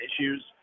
issues